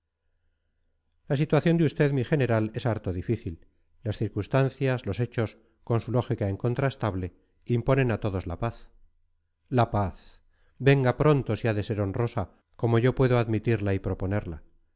la situación de usted mi general es harto difícil las circunstancias los hechos con su lógica incontrastable imponen a todos la paz la paz venga pronto si ha de ser honrosa como yo puedo admitirla y proponerla